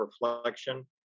reflection